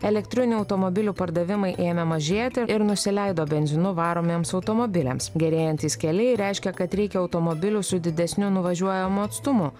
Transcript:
elektrinių automobilių pardavimai ėmė mažėti ir nusileido benzinu varomiems automobiliams gerėjantys keliai reiškė kad reikia automobilių su didesniu nuvažiuojamu atstumu